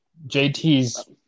JT's